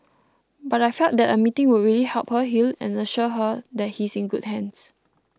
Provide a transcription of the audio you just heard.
but I felt that a meeting would really help her heal and assure her that he's in good hands